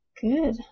Good